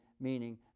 meaning